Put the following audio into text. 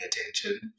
attention